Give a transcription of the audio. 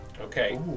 Okay